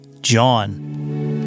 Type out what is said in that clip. John